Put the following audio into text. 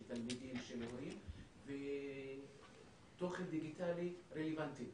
תלמידים ושל הורים ותוכן דיגיטלי רלוונטי.